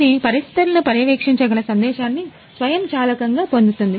ఇది గది పరిస్థితులను పర్యవేక్షించగల సందేశాన్ని స్వయంచాలకంగా పొందుతుంది